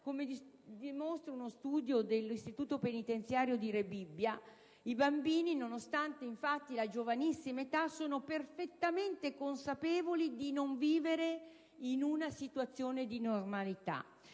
dimostra uno studio condotto dall'istituto penitenziario di Rebibbia, i bambini, nonostante la giovanissima età, sono perfettamente consapevoli di non vivere in una situazione di normalità.